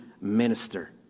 minister